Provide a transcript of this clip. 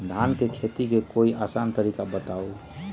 धान के खेती के कोई आसान तरिका बताउ?